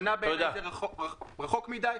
שנה זה רחוק מדי.